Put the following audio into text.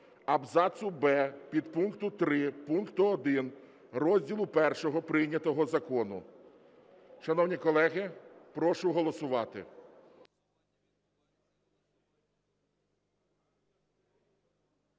абзацу "б", підпункту 3 пункту 1 розділу І прийнятого закону. Шановні колеги, прошу голосувати.